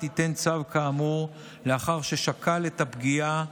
ייתן צו כאמור לאחר ששקל את הפגיעה